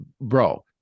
bro